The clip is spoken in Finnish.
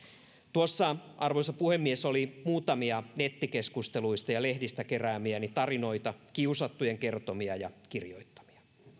tuossa arvoisa puhemies oli muutamia nettikeskusteluista ja lehdistä keräämiäni tarinoita kiusattujen kertomia ja kirjoittamia